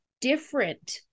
different